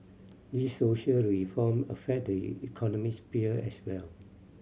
these social reform affect the economic sphere as well